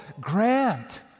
Grant